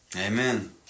Amen